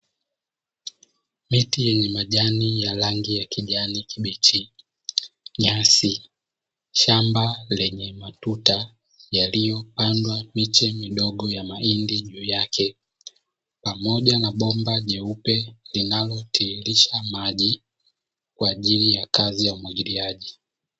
Miti yenye majani ya rangi ya kijani kibichi nyasi, shamba lenye matuta yaliyopandwa miche midogo ya mahindi juu yake pamoja na bomba jeupe linalotiririsha maji kwa ajili ya kazi ya umwagiliaji.